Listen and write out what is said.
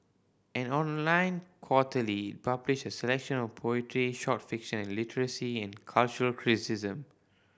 an online quarterly publishes a selection of poetry short fiction and literary and cultural criticism